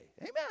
Amen